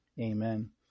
Amen